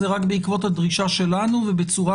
זה רק בעקבות הדרישה שלנו ובצורה,